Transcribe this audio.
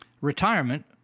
retirement